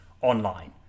online